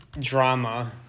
drama